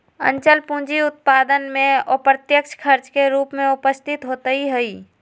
अचल पूंजी उत्पादन में अप्रत्यक्ष खर्च के रूप में उपस्थित होइत हइ